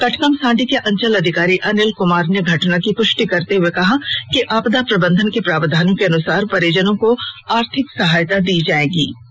कटकमसांडी के अंचल अधिकारी अनील कुमार ने घटना की पुष्टि करते हुए कहा कि आपदा प्रबंधन के प्रावधानों के अनुसार परिजनों को आर्थिक सहायता दी जाएंगी